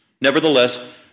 Nevertheless